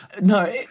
No